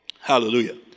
Hallelujah